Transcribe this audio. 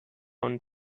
und